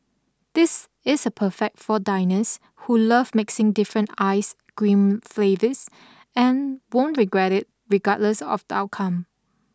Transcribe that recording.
this is perfect for diners who love mixing different ice cream flavours and won't regret it regardless of the outcome